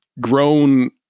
grown